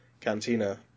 cantina